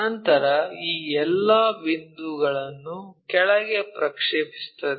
ನಂತರ ಈ ಎಲ್ಲಾ ಬಿಂದುಗಳನ್ನು ಕೆಳಗೆ ಪ್ರಕ್ಷೇಪಿಸುತ್ತದೆ